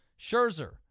Scherzer